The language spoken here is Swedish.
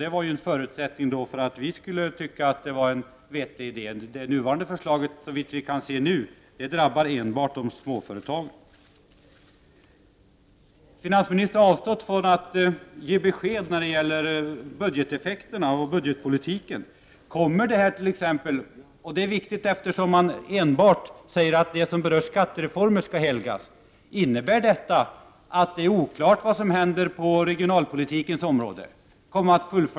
Det var en förutsättning för att vi skulle tycka att det var en vettig idé. Det nuvarande förslaget, såvitt vi kan se nu, drabbar enbart småföretagen. Finansministern har avstått från att ge besked när det gäller budgeteffekterna och budgetpolitiken. Det är viktigt eftersom man säger att enbart det som berör skattereformen skall helgas. Men innebär detta att det är oklart vad som kommer att hända på regionalpolitikens område?